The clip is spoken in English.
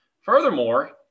Furthermore